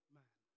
man